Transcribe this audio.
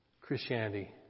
Christianity